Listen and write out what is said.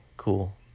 cool